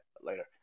later